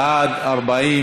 בעד 40,